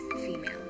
female